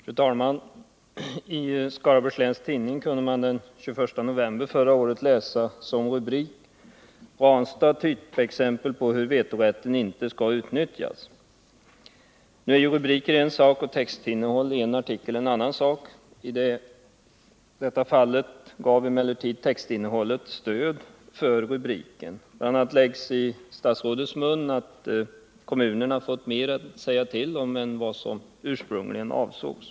Fru talman! I Skaraborgs Läns Tidning kunde man den 21 november förra året läsa rubriken ”Ranstad typexempel på hur vetorätten inte skall utnyttjas”. Nu är ju rubriker en sak och textinnehåll i en artikel en annan sak. I detta fall gav emellertid textinnehållet stöd för rubriken. BI. a. läggs i statsrådets mun att kommunerna fått mer att säga till om än vad som ursprungligen avsågs.